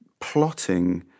plotting